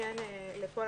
פה,